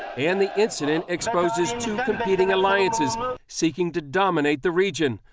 and the incident exposes two competing alliances seeking to dominate the region.